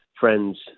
Friends